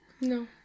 No